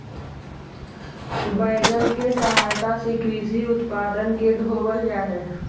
wagon के सहायता से कृषि उत्पादन के ढोवल जा हई